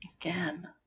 Again